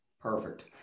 Perfect